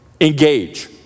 Engage